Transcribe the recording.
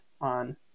on